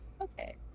Okay